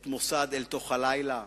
את מוסד "אל תוך הלילה".